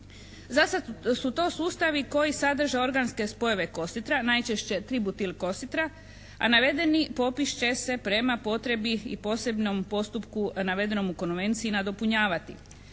Zasad su to sustavi koji sadrže organske spojeve kositra, najčešće tributil kositra, a navedeni popis će se prema potrebi i posebnom postupku navedenom u Konvenciji nadopunjavati.